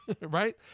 right